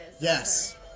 Yes